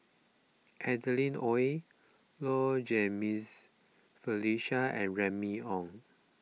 Adeline Ooi Low Jimenez Felicia and Remy Ong